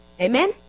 Amen